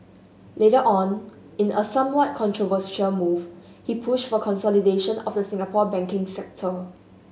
later on in a somewhat controversial move he pushed for consolidation of the Singapore banking sector